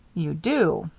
you do!